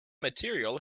material